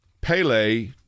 Pele